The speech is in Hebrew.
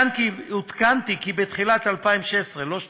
עודכנתי כי בתחילת 2016, לא 2012,